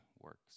works